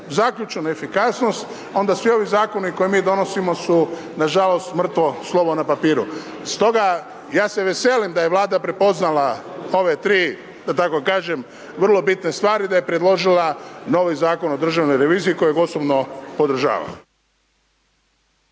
zaključnu efikasnost, onda svi ovi zakoni koje mi donosimo su nažalost mrtvo slovo na papiru. Stoga, ja se veselim da je Vlada prepoznala ove 3 da tako kažem, vrlo bitne stvari, da je predložila novi Zakon o državnoj reviziji kojeg osobno podržavam.